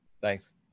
Thanks